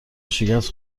شکست